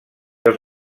els